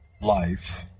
life